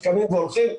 קמים והולכים.